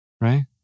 right